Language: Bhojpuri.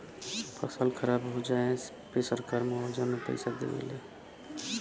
फसल खराब हो जाये पे सरकार मुआवजा में पईसा देवे ला